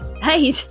hey